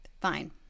fine